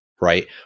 right